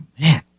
man